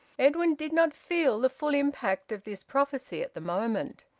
edwin did not feel the full impact of this prophecy at the moment.